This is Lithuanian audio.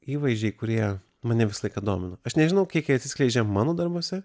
įvaizdžiai kurie mane visą laiką domino aš nežinau kiek jie atsiskleidžia mano darbuose